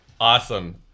Awesome